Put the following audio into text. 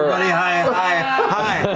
i